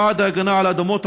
תודה.